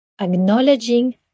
acknowledging